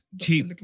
cheap